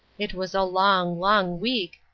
it was a long, long week,